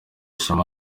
ishema